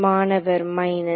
மாணவர் மைனஸ்